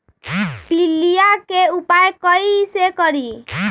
पीलिया के उपाय कई से करी?